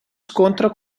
scontra